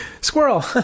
Squirrel